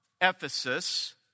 Ephesus